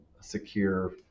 secure